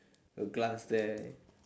a glass there